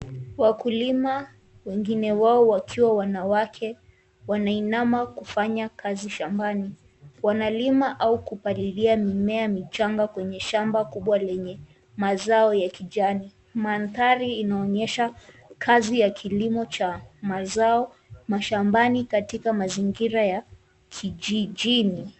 Wakulima, wengine wao wakiwa wanawake, wanainama kufanya kazi shambani. Wanalima au kupalilia mimea michanga kwenye shamba kubwa lenye mazao ya kijani. Mandhari ianonyesha kazi ya kilimo cha mazao mashambani katika mazingira ya kijijini.